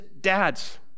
dads